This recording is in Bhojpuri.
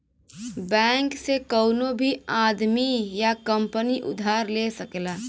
बैंक से कउनो भी आदमी या कंपनी उधार ले सकला